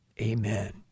amen